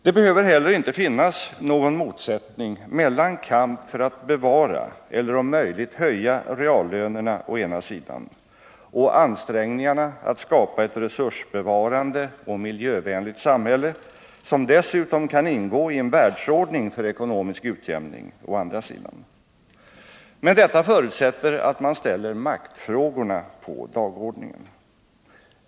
Det behöver heller inte finnas någon motsättning mellan kamp för att bevara eller om möjligt höja reallönerna å ena sidan och ansträngningarna att skapa ett resursbevarande och miljövänligt samhälle, som dessutom kan ingå i en världsordning för ekonomisk utjämning, å andra sidan. Men detta förutsätter att man sätter upp maktfrågorna på dagordningen.